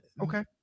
Okay